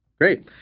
Great